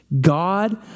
God